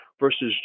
Versus